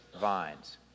vines